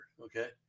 okay